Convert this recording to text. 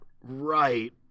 right